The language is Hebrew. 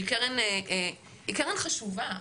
קרן העושר היא חשובה.